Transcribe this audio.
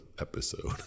episode